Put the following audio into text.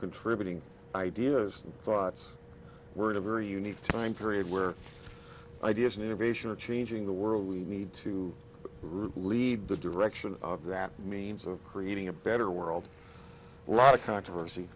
contributing ideas thoughts we're in a very unique time period where ideas and innovation are changing the world we need to lead the direction of that means of creating a better world a lot of controversy